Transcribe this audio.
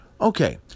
okay